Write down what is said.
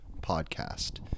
Podcast